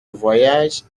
voyage